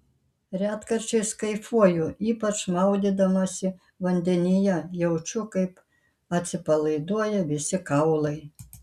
retkarčiais kaifuoju ypač maudydamasi vandenyne jaučiu kaip atsipalaiduoja visi kaulai